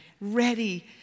ready